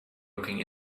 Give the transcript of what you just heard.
looking